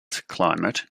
climate